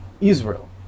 israel